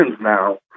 now